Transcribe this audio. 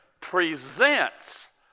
presents